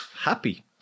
happy